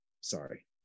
Sorry